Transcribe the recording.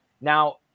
Now